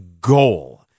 goal